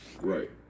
Right